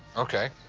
ok.